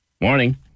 Morning